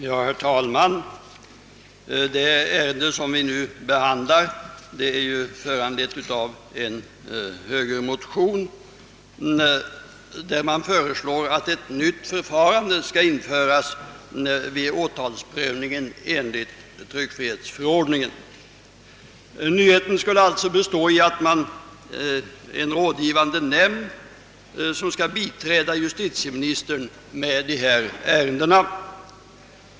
Herr talman! Det ärende som vi nu behandlar är föranlett av en högermotion, i vilken föreslås att ett nytt förfarande skall införas vid åtalsprövning enligt tryckfrihetsförordningen. Nyheten skulle bestå i att en rådgivande nämnd får i uppdrag att biträda justitieministern med dessa ärenden.